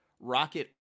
Rocket